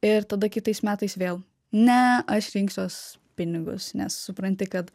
ir tada kitais metais vėl ne aš rinksiuos pinigus nes supranti kad